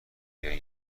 بیایی